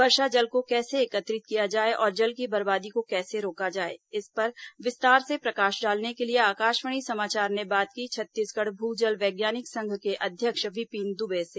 वर्षा जल को कैसे एकत्रित किया जाए और जल की बर्बादी को कैसे रोका जाए इस पर विस्तार से प्रकाश डालने के लिए आकाशवाणी समाचार ने बात की छत्तीसगढ़ भू जल वैज्ञानिक संघ के अध्यक्ष विपिन दुबे से